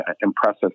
impressive